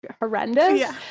horrendous